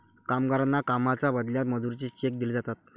कामगारांना कामाच्या बदल्यात मजुरीचे चेक दिले जातात